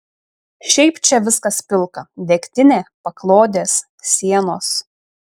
šiaip čia viskas pilka degtinė paklodės sienos